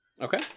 Okay